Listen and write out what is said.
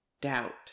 Doubt